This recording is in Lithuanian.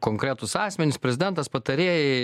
konkretūs asmenys prezidentas patarėjai